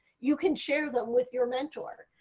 you can share them with your mentor.